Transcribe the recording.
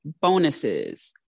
bonuses